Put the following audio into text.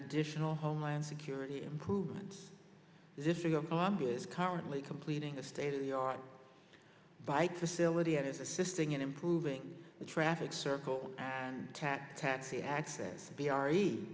additional homeland security improvements the district of columbia is currently completing a state of the art bike facility and is assisting in improving the traffic circle and tat taxi access b r